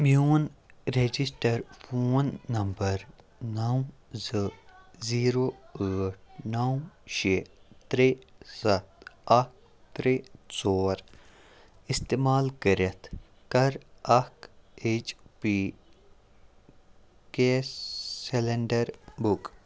میون register phone number نَو زٕ زیٖرو ٲٹھ نَو شےٚ ترٛےٚ سَتھ اَکھ ترٛےٚ ژور اِستعمال کٔرِتھ کَر اَکھ H P gas cylinder book